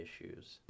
issues